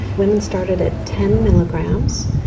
women started at ten milligrams,